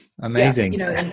Amazing